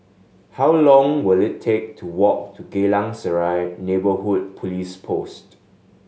how long will it take to walk to Geylang Serai Neighbourhood Police Post